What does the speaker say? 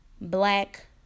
black